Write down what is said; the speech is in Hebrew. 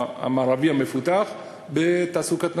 המערבי המפותח בתעסוקת נשים.